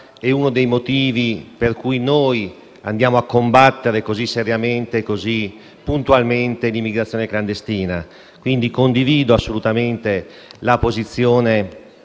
è uno dei motivi per cui noi combattiamo, così seriamente e puntualmente, l'immigrazione clandestina. Quindi, condivido assolutamente la posizione